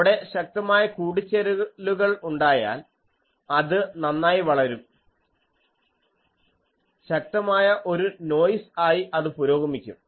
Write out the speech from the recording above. അവിടെ ശക്തമായ കൂടിച്ചേരലുകൾ ഉണ്ടായാൽ അത് നന്നായി വളരും ശക്തമായ ഒരു നോയിസ് ആയി അത് പുരോഗമിക്കും